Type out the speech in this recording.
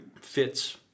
fits